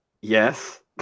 Yes